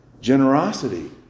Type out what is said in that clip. Generosity